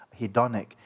hedonic